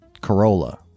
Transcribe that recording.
Corolla